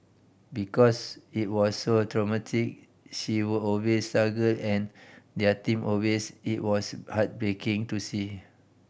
because it was so traumatic she would always struggle and tear them a way's it was heartbreaking to see